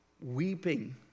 weeping